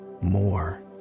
more